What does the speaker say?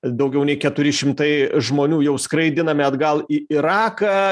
daugiau nei keturi šimtai žmonių jau skraidinami atgal į iraką